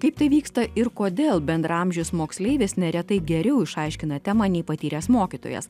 kaip tai vyksta ir kodėl bendraamžės moksleivės neretai geriau išaiškina temą nei patyręs mokytojas